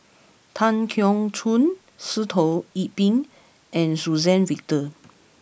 Tan Keong Choon Sitoh Yih Pin and Suzann Victor